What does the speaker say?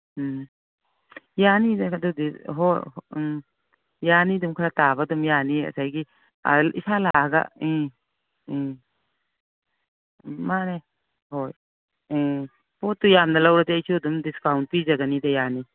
ꯎꯝ ꯌꯥꯅꯤꯗ ꯑꯗꯨꯕꯨꯗꯤ ꯍꯣꯏ ꯎꯝ ꯌꯥꯅꯤ ꯑꯗꯨꯝ ꯈꯔ ꯇꯥꯕ ꯑꯗꯨꯝ ꯌꯥꯅꯤ ꯑꯁꯩꯒꯤ ꯏꯁꯥꯒ ꯂꯥꯛꯑꯒ ꯎꯝ ꯎꯝ ꯃꯥꯅꯦ ꯍꯣꯏ ꯎꯝ ꯄꯣꯠꯇꯨ ꯌꯥꯝꯅ ꯂꯧꯔꯗꯤ ꯑꯩꯁꯨ ꯑꯗꯨꯝ ꯗꯤꯁꯀꯥꯎꯟ ꯄꯤꯖꯒꯅꯤꯗ ꯌꯥꯅꯤ